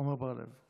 עמר בר לב.